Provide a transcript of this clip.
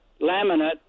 laminate